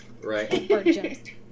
Right